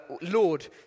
Lord